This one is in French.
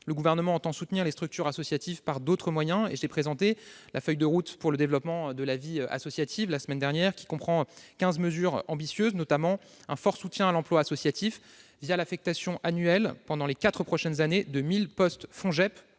Le Gouvernement entend soutenir les structures associatives par d'autres moyens. J'ai présenté la semaine dernière la feuille de route pour le développement de la vie associative, qui comprend quinze mesures ambitieuses, notamment un fort soutien à l'emploi associatif l'affectation annuelle, pendant les quatre prochaines années, de 1 000 postes FONJEP